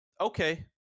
okay